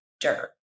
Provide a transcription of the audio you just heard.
dirt